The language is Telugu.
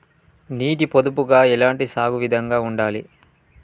నీటి పొదుపుగా ఎలాంటి సాగు విధంగా ఉండాలి?